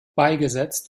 beigesetzt